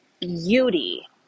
beauty